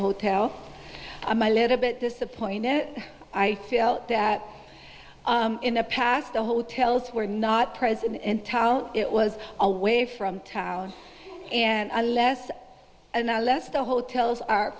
hotel i'm a little bit disappointed i felt that in the past the hotels were not present in town it was away from town and unless unless the hotels are